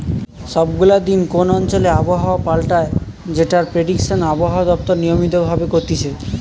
সব গুলা দিন কোন অঞ্চলে আবহাওয়া পাল্টায় যেটার প্রেডিকশন আবহাওয়া দপ্তর নিয়মিত ভাবে করতিছে